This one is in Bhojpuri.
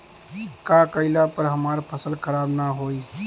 का कइला पर हमार फसल खराब ना होयी?